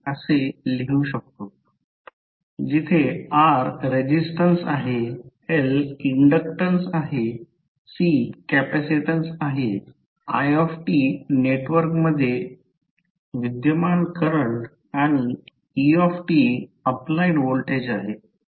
जिथे R resistance L inductance C capacitance आहे i नेटवर्कमध्ये विद्यमान करंट आणि e अप्लाइड व्होल्टेज आहे